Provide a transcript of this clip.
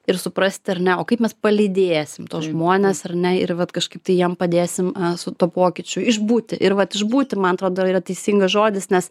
ir suprasti ar ne o kaip mes palydėsim tuos žmones ar na ir vat kažkaip tai jiem padėsim su tuo pokyčiu išbūti ir vat išbūti man atrodo yra teisingas žodis nes